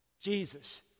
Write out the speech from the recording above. Jesus